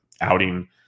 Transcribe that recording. outing